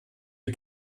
die